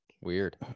weird